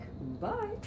bye